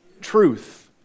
Truth